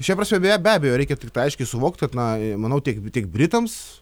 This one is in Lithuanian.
šia prasme beje be abejo reikia tiktai aiškiai suvokti kad na manau tiek tiek britams